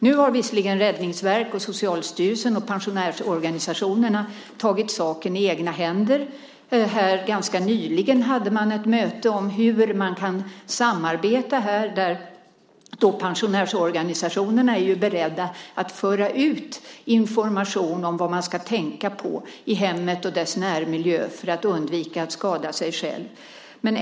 Nu har visserligen Räddningsverket, Socialstyrelsen och pensionärsorganisationerna tagit saken i egna händer. Ganska nyligen hade man ett möte om hur man kan samarbeta. Pensionärsorganisationerna är beredda att föra ut information om vad man ska tänka på i hemmet och dess närmiljö för att undvika att skada sig själv.